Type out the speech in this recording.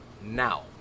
now